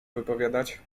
wypowiadać